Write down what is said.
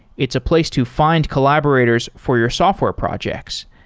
it's a place to find collaborators for your software projects.